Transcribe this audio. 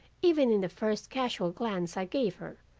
even in the first casual glance i gave her,